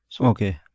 Okay